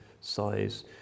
size